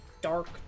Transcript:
dark